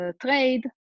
trade